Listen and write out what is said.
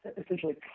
essentially